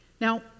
Now